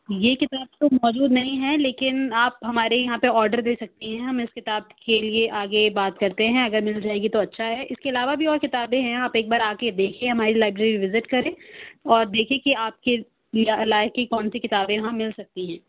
یہ کتاب تو موجود نہیں ہے لیکن آپ ہمارے یہاں پہ آڈر دے سکتی ہیں ہم اِس کتاب کے لیے آگے بات کرتے ہیں اگر مل جائے گی تو اچھا ہے اِس کے علاوہ بھی اور کتابیں ہیں آپ ایک بار آ کے دیکھیے ہماری لائبریری وزٹ کریں اور دیکھیں کہ آپ کے لائق کی کون سی کتابیں یہاں مل سکتی ہیں